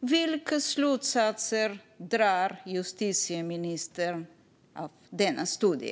Vilka slutsatser drar justitieministern av denna studie?